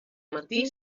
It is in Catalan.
martí